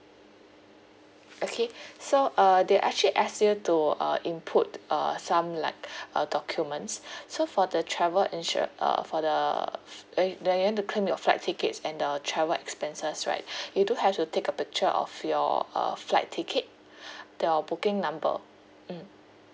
okay so uh they'll actually ask you to uh input uh some like uh documents so for the travel insura~ uh for the f~ eh that you want to claim your flight tickets and the travel expenses right you do have to take a picture of your uh flight ticket th~ your booking number mm